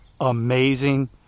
amazing